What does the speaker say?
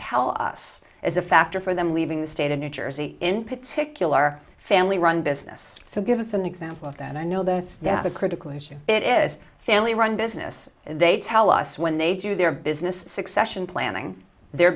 tell us as a factor for them leaving the state of new jersey in particular family run business so give us an example of that i know those is a critical issue it is a family run business they tell us when they do their business succession planning their